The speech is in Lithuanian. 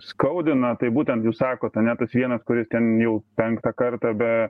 skaudina tai būtent jūs sakot ane tas vienas kuris ten jau penktą kartą be